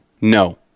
no